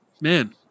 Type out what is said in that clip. Man